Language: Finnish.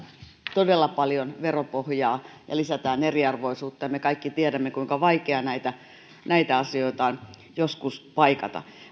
todella paljon veropohjaa ja lisätään eriarvoisuutta ja me kaikki tiedämme kuinka vaikea näitä näitä asioita on joskus paikata